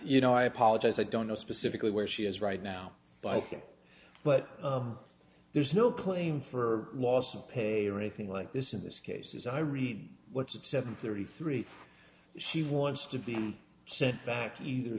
you know i apologize i don't know specifically where she is right now by ok but there's no point for loss of pay or anything like this in this case as i read what's at seven thirty three she wants to be sent back either